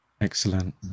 Excellent